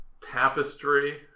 Tapestry